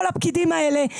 כל הפקידים האלה,